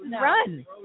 run